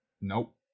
Nope